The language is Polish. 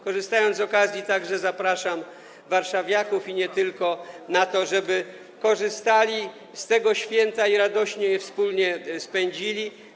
Korzystając z okazji, także zapraszam warszawiaków i nie tylko, żeby korzystali z tego święta i radośnie je wspólnie spędzili.